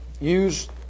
use